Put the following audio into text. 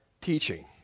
teaching